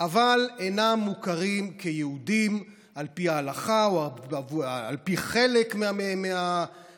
אבל אינם מוכרים כיהודים על פי ההלכה או על פי חלק מהרבנים